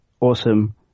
awesome